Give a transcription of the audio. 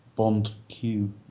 Bond-Q